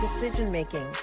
decision-making